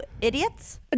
idiots